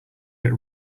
yet